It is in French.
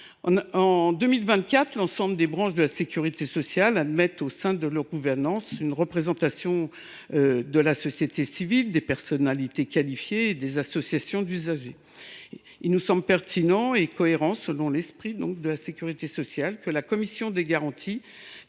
en 2024, l’ensemble des branches de la sécurité sociale admettent en leur sein des représentants de la société civile, des personnalités qualifiées et des associations d’usagers. En conséquence, il semble pertinent et cohérent, conformément à l’esprit de la sécurité sociale, que la commission des garanties